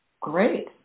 great